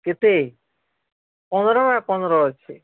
କେତେ ପନ୍ଦର ବାଏ ପନ୍ଦର ଅଛେ